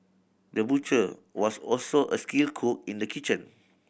the butcher was also a skilled cook in the kitchen